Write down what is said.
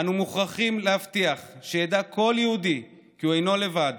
אנו מוכרחים להבטיח שידע כל יהודי כי הוא אינו לבד.